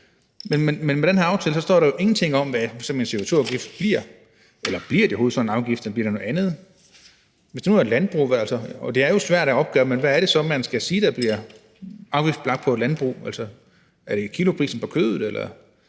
Men med den her aftale står der jo ingenting om, hvad f.eks. en CO2-afgift bliver på, eller om der overhovedet bliver sådan en afgift, eller om det bliver noget andet. Hvis det nu f.eks. er et landbrug – og det er jo svært at opgøre – hvad er det så, man skal sige bliver afgiftsbelagt på et landbrug? Er det kiloprisen på kødet,